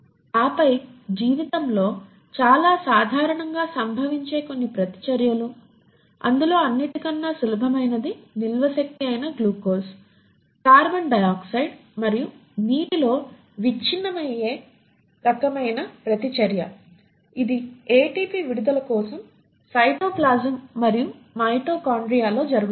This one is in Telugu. ఆపై జీవితంలో చాలా సాధారణంగా సంభవించే కొన్ని ప్రతిచర్యలు అందులో అన్నిటక్కన్న సులభమైనది నిల్వ శక్తి అయిన గ్లూకోజ్ కార్బన్ డయాక్సైడ్ మరియు నీటిలో విచ్ఛిన్నమయ్యే రకమైన ప్రతిచర్య ఇది ఏటీపీ విడుదల కోసం సైటోప్లాజమ్ మరియు మైటోకాండ్రియాలో జరుగుతుంది